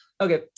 okay